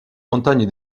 montagnes